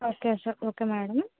okay okay madam